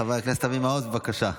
חבר הכנסת אבי מעוז, בבקשה.